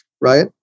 right